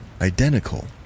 identical